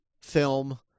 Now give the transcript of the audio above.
film